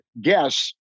guess